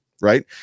right